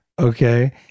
Okay